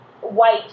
white